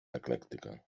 eclèctica